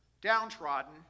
downtrodden